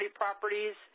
properties